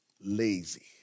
lazy